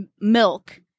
milk